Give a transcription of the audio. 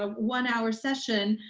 ah one hour session,